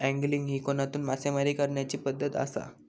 angling ही कोनातून मासेमारी करण्याची पद्धत आसा